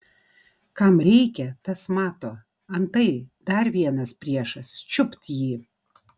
kam reikia tas mato antai dar vienas priešas čiupt jį